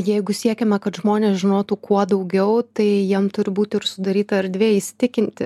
jeigu siekiama kad žmonės žinotų kuo daugiau tai jiem turbūt ir sudaryta erdvė įsitikinti